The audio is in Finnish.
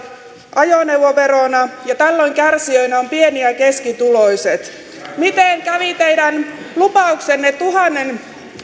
ajoneuvoverona ja tällöin kärsijöinä ovat pieni ja keskituloiset miten kävi teidän lupauksenne tuhannen